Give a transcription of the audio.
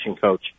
coach